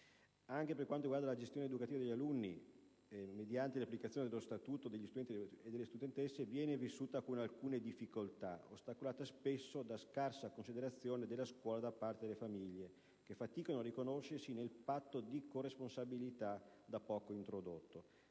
Con riferimento invece alla gestione educativa degli alunni mediante l'applicazione dello Statuto degli studenti e delle studentesse, si riscontrano con alcune difficoltà, per gli ostacoli dovuti spesso a scarsa considerazione della scuola da parte delle famiglie, che faticano a riconoscersi nel patto di corresponsabilità da poco introdotto,